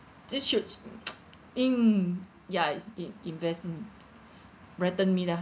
this should in~ ya in~ investment brighten me lah